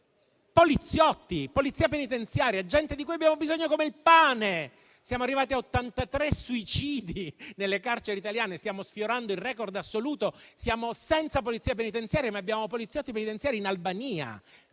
Penso alla Polizia penitenziaria, di cui abbiamo bisogno come il pane. Siamo arrivati a 83 suicidi nelle carceri italiane, stiamo sfiorando il *record* assoluto. Siamo senza Polizia penitenziaria, ma abbiamo poliziotti penitenziari e Polizia